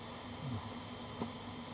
mm